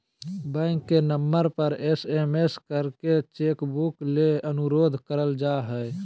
bank के number पर SMS करके चेक बुक ले अनुरोध कर जा हय